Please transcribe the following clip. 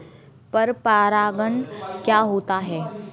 पर परागण क्या होता है?